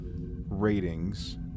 ratings